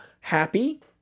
happy